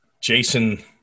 Jason